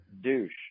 douche